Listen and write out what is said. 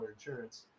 insurance